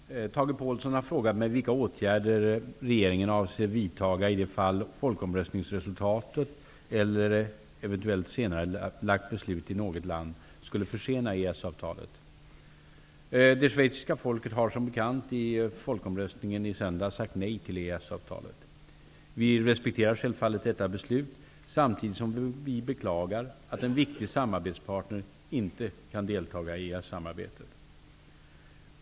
Herr talman! Tage Påhlsson har frågat mig vilka åtgärder regeringen avser vidta i det fall folkomröstningsresultat eller eventuellt senarelagt beslut i något land skulle försena EES-avtalet. Det schweiziska folket har som bekant i folkomröstningen i söndags sagt nej till EES avtalet. Vi respekterar självfallet detta beslut, samtidigt som vi beklagar att en viktig samarbetspartner inte kan delta i EES-samarbetet.